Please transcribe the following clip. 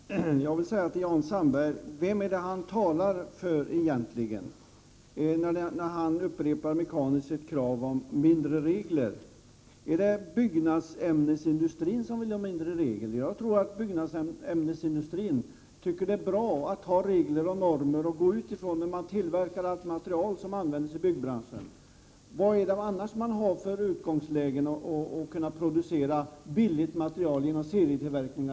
Herr talman! Jag vill fråga Jan Sandberg vem det är han talar för egentligen, när han mekaniskt upprepar sitt krav på mindre regler. Är det byggnadsämnesindustrin som vill ha mindre regler! Jag tror att byggnadsämnesindustrin tycker att det är bra att ha normer och regler att utgå från när man tillverkar allt material som används i byggbranschen. Vad har man annars för utgångsläge för att kunna producera billigt material genom t.ex. serietillverkning?